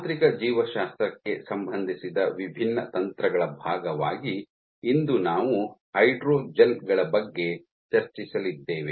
ಯಾಂತ್ರಿಕ ಜೀವಶಾಸ್ತ್ರಕ್ಕೆ ಸಂಬಂಧಿಸಿದ ವಿಭಿನ್ನ ತಂತ್ರಗಳ ಭಾಗವಾಗಿ ಇಂದು ನಾವು ಹೈಡ್ರೋಜೆಲ್ ಗಳ ಬಗ್ಗೆ ಚರ್ಚಿಸಲಿದ್ದೇವೆ